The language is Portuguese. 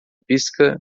pisca